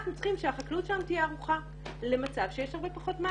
אנחנו צריכים שהחקלאות שם תהיה ערוכה למצב שיש הרבה פחות מים.